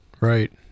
Right